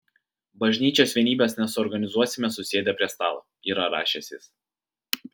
bažnyčios vienybės nesuorganizuosime susėdę prie stalo yra rašęs jis